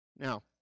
Now